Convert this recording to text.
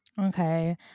okay